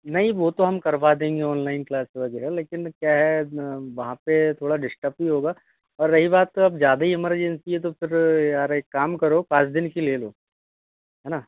नहीं वो तो हम करवा देंगे ऑनलाइन क्लास वगैरह लेकिन क्या है ना वहाँ पर थोड़ा डिश्टब भी होगा और रही बात अब ज़्यादा ही एमरजेंसी है तो फिर यार एक काम करो पाँच दिन की ले लो है न